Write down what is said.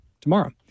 tomorrow